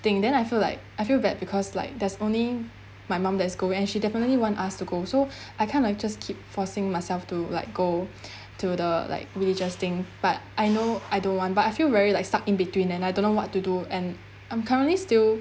thing then I feel like I feel bad because like there's only my mom that's going and she definitely want us to go so I kind of just keep forcing myself to like go to the like religious thing but I know I don't want but I feel very like stuck in between and I don't know what to do and I'm currently still